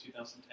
2010